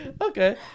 Okay